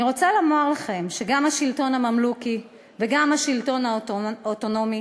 אני רוצה לומר לכם שגם השלטון הממלוכי וגם השלטון העות'מאני,